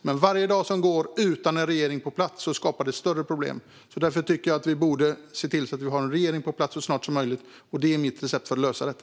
Men varje dag som går utan en regering på plats skapar större problem. Därför tycker jag att vi borde se till att få en regering på plats så snart som möjligt. Det är mitt recept för att lösa detta.